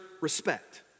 respect